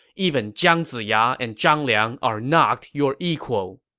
even jiang ziya and zhang liang are not your equal.